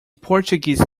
portuguese